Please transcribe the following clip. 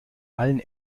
allen